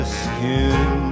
skin